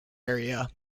area